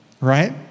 right